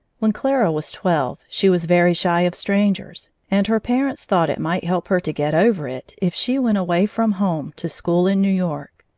when clara was twelve, she was very shy of strangers, and her parents thought it might help her to get over it if she went away from home to school in new york.